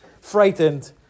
frightened